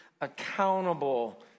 accountable